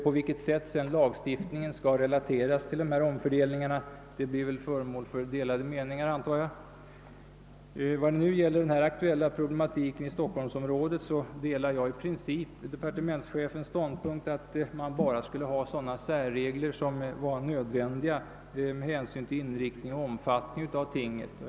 På vilket sätt lagstiftningen sedan skall relateras till dessa omfördelningar blir väl, antar jag, föremål för delade meningar. Vad nu gäller den aktuella problematiken i stockholmsområdet delar jag i princip departementschefens ståndpunkt att man bara skall ha sådana särregler som är motiverade av den särskilda inriktningen och omfattningen av Stockholms läns landstingskommun.